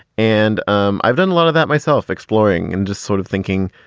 and um i've done a lot of that myself exploring and just sort of thinking,